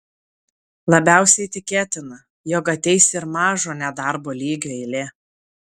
labiausiai tikėtina jog ateis ir mažo nedarbo lygio eilė